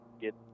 get